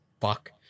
fuck